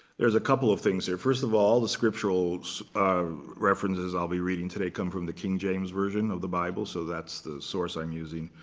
there's a couple of things here. first of all, the scriptural references i'll be reading today come from the king james version of the bible, so that's the source i'm using.